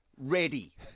ready